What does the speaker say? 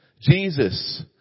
Jesus